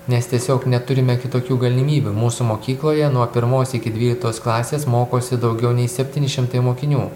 nes tiesiog neturime kitokių galimybių mūsų mokykloje nuo pirmos iki dvyliktos klasės mokosi daugiau nei septyni šimtai mokinių